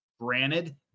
Granted